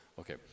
okay